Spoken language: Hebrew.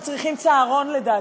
הם צריכים צהרון.